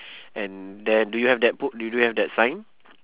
and then do you have that po~ do do you have that sign